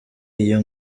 iyo